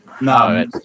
No